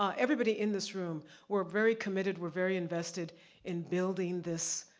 um everybody in this room, we're very committed, we're very invested in building this,